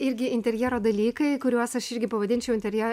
irgi interjero dalykai kuriuos aš irgi pavadinčiau interje